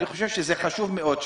אני חושב שזה חשוב מאוד.